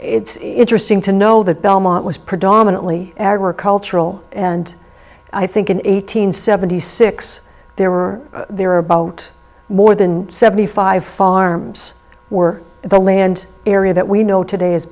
it's interesting to know that belmont was predominantly agricultural and i think in eight hundred seventy six there were there are about more than seventy five farms were the land area that we know today is